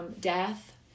death